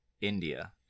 India